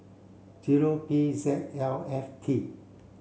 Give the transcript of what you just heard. zero P Z L F T